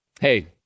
Hey